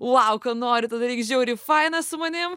vau ką nori tą daryk žiauriai faina su manim